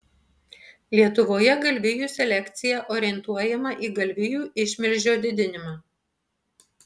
lietuvoje galvijų selekcija orientuojama į galvijų išmilžio didinimą